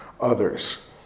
others